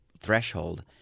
threshold